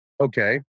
okay